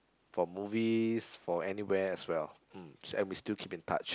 for movies for anywhere as well mm and we still keep in touch